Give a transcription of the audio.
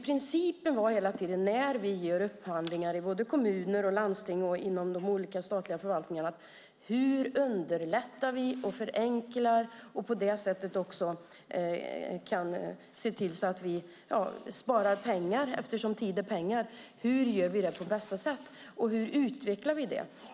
Principen för oss när vi gör upphandlingar både i kommuner, landsting och inom de olika statliga förvaltningarna ska vara att vi ska underlätta och förenkla. Eftersom tid är pengar sparar vi då också pengar. Hur gör vi det på bästa sätt, och hur utvecklar vi detta?